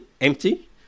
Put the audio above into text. empty